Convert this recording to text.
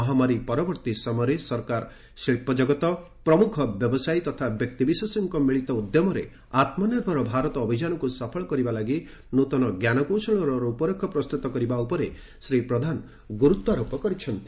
ମହାମାରୀ ପରବର୍ତ୍ତୀ ସମୟରେ ସରକାର ଶିଳ୍ପଜଗତ ପ୍ରମୁଖ ବ୍ୟବସାୟୀ ତଥା ବ୍ୟକ୍ତିବିଶେଷଙ୍କ ମିଳିତ ଉଦ୍ୟମରେ ଆତ୍ମନିର୍ଭର ଭାରତ ଅଭିଯାନକୁ ସଫଳ କରିବା ଲାଗି ନୃତନ ଜ୍ଞାନକୌଶଳର ରୂପରେଖ ପ୍ରସ୍ତୁତ କରିବା ଉପରେ ଶ୍ରୀ ପ୍ରଧାନ ଗୁରୁତ୍ୱ ଆରୋପ କରିଚ୍ଚନ୍ତି